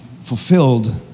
fulfilled